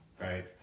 right